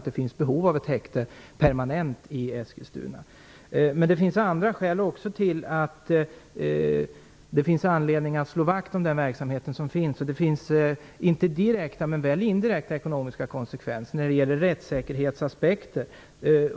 Det finns också andra skäl att slå vakt om den verksamhet som finns. Det blir inte direkta men väl indirekta ekonomiska konsekvenser när det gäller rättssäkerhetsaspekter.